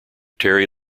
terry